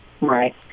Right